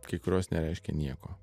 kai kurios nereiškia nieko